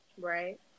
Right